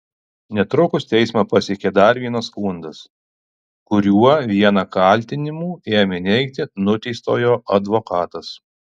netrukus teismą pasiekė dar vienas skundas kuriuo vieną kaltinimų ėmė neigti nuteistojo advokatas